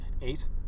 Eight